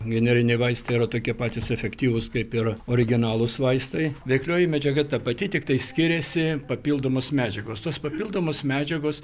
generiniai vaistai yra tokie patys efektyvūs kaip ir originalūs vaistai veiklioji medžiaga ta pati tiktai skiriasi papildomos medžiagos tos papildomos medžiagos